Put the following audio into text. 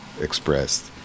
expressed